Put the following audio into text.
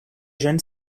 jeune